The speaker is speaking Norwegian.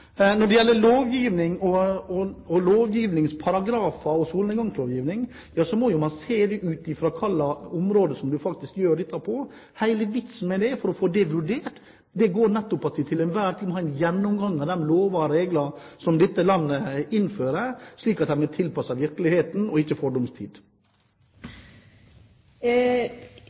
Når det gjelder lovgivning, lovparagrafer og solnedgangslovgivning, må man jo se det ut fra hva slags område man faktisk gjør dette på. Hele vitsen med å få det vurdert er nettopp at vi til enhver tid må ha en gjennomgang av de lover og regler som dette landet innfører, slik at de blir tilpasset virkeligheten og ikke